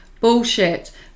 Bullshit